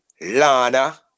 Lana